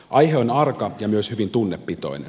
aihe on arka ja myös hyvin tunnepitoinen